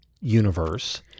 universe